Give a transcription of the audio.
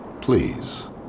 Please